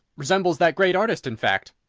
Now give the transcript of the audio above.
resembles that great artist, in fact.